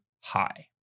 High